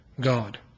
God